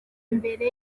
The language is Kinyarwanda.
mbere